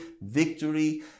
victory